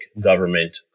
government